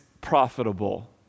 profitable